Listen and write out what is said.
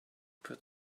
put